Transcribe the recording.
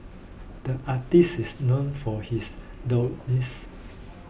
the artist is known for his